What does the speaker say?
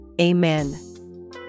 Amen